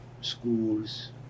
schools